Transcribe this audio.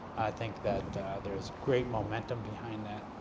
think that there's great momentum behind that,